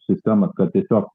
sistemas kad tiesiog